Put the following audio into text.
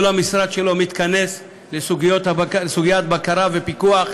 כל המשרד שלו מתכנס לסוגיית בקרה ופיקוח.